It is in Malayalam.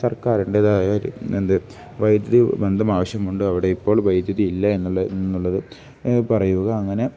സർക്കാരിന്റെതായ എന്ത് വൈദ്യുതി ബന്ധം ആവശ്യം ഉണ്ട് അവിടെ ഇപ്പോൾ വൈദ്യുതി ഇല്ല എന്നുള്ള എന്നുള്ളത് പറയുക അങ്ങനെ